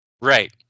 Right